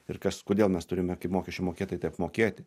ir kas kodėl mes turime kaip mokesčių mokėtojai tai apmokėti